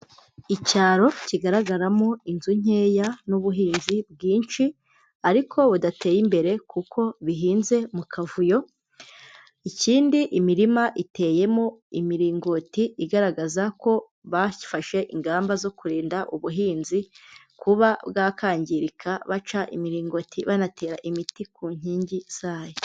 Icyaro kigaragaramo inzu nkeya n'ubuhinzi bwinshi ariko budateye imbere kuko bihinze mu kavuyo, ikindi imirima iteyemo imiringoti igaragaza ko bafashe ingamba zo kurinda ubuhinzi kuba bwakangirika, baca imiringoti, banatera imiti ku nkingi zayo.